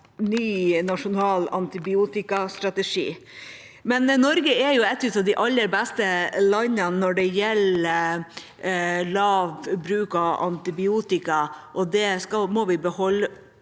ny nasjonal antibiotikastrategi. Norge er et av de aller beste landene når det gjelder lav bruk av antibiotika, og det må vi beholde.